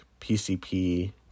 pcp